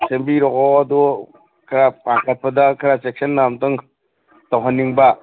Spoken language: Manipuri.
ꯁꯦꯝꯕꯤꯔꯛꯑꯣ ꯑꯗꯣ ꯈꯔ ꯄꯥꯟꯈꯠꯄꯗ ꯈꯔ ꯆꯦꯛꯁꯤꯟꯅ ꯑꯝꯇꯪ ꯇꯧꯍꯟꯅꯤꯡꯕ